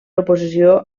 oposició